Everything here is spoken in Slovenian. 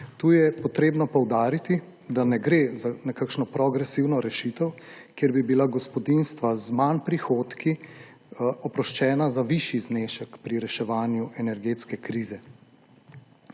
Tu je potrebno poudariti, da ne gre za nekakšno progresivno rešitev, kjer bi bila gospodinjstva z manj prihodki oproščena za višji znesek pri reševanju energetske krize.